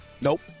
Nope